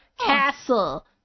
Castle